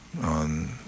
on